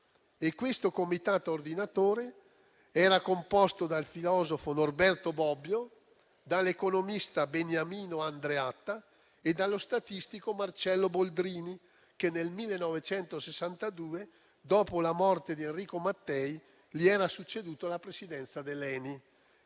Questo comitato ordinatore era composto dal filosofo Norberto Bobbio, dall'economista Beniamino Andreatta e dallo statistico Marcello Boldrini, che nel 1962, dopo la morte di Enrico Mattei, gli era succeduto alla presidenza dell'ENI.